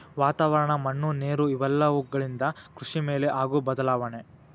ವಾತಾವರಣ, ಮಣ್ಣು ನೇರು ಇವೆಲ್ಲವುಗಳಿಂದ ಕೃಷಿ ಮೇಲೆ ಆಗು ಬದಲಾವಣೆ